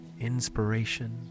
inspiration